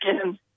again